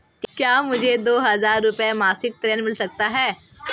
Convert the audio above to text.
क्या मुझे दो हज़ार रुपये मासिक ऋण मिल सकता है?